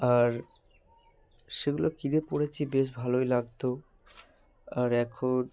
আর সেগুলো কিনে পড়েছি বেশ ভালোই লাগতো আর এখন